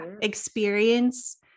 experience